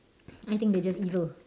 I think they just evil